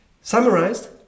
Summarized